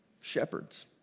shepherds